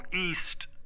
east